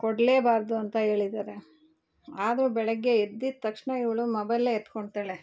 ಕೊಡಲೇಬಾರ್ದು ಅಂತ ಹೇಳಿದಾರೆ ಆದರೂ ಬೆಳಗ್ಗೆ ಎದ್ದಿದ ತಕ್ಷಣ ಇವಳು ಮೊಬೈಲೇ ಎತ್ಕೊತಾಳೆ